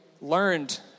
learned